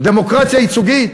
דמוקרטיה ייצוגית,